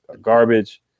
garbage